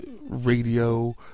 radio